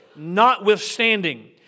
notwithstanding